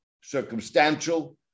circumstantial